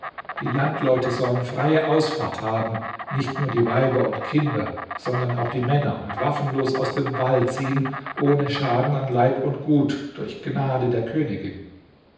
die landleute sollen freie ausfahrt haben nicht nur die weiber und kinder sondern auch die männer und waffenlos aus dem wall ziehen ohne schaden an leib und gut durch gnade der königin